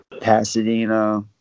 Pasadena